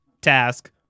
task